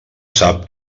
sap